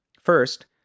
First